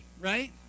right